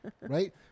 right